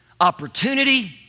opportunity